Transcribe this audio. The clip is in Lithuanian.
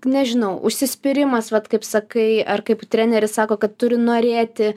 nežinau užsispyrimas vat kaip sakai ar kaip treneris sako kad turi norėti